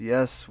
Yes